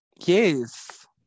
Yes